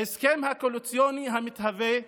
ההסכם הקואליציוני המתהווה,